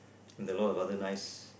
there a lot of other nice